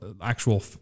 actual